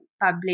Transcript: public